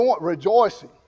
rejoicing